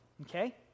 okay